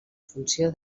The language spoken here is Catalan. funció